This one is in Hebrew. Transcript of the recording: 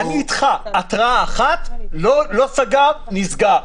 התראה אחת, לא סגר נסגר.